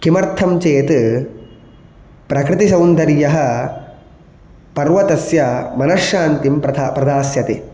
किमर्थं चेत् प्रकृतिसौन्दर्यः पर्वतस्य मनश्शान्तिं प्रता प्रदास्यते